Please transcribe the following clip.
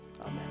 Amen